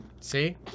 See